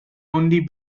only